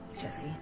Jesse